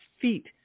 feet